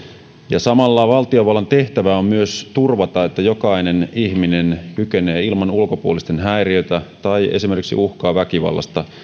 ja samalla valtiovallan tehtävä on myös turvata että jokainen ihminen kykenee ilman ulkopuolisten häiriötä ja esimerkiksi uhkaa väkivallasta